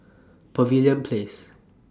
Pavilion Place